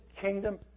kingdom